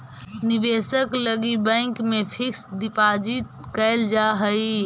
निवेश लगी बैंक में फिक्स डिपाजिट कैल जा हई